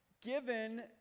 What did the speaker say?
given